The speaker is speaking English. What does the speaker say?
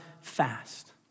fast